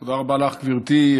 תודה רבה לך, גברתי.